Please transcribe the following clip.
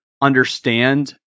understand